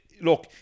look